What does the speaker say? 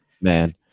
Man